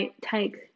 take